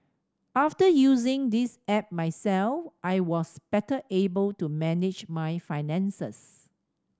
after using this app myself I was better able to manage my finances